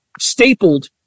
stapled